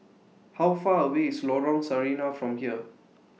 How Far away IS Lorong Sarina from here